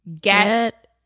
get